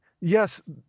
yes